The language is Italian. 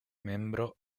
membro